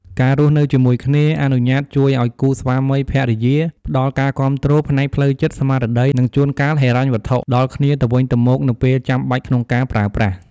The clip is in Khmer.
ការរស់នៅជាមួយគ្នាអនុញ្ញាតជួយឱ្យគូស្វាមីភរិយាផ្ដល់ការគាំទ្រ ផ្នែកផ្លូវចិត្ត ស្មារតី និងជួនកាលហិរញ្ញវត្ថុ ដល់គ្នាទៅវិញទៅមកនៅពេលចាំបាច់ក្នុងការប្រើប្រាស់។